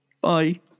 Bye